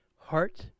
heart